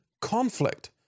conflict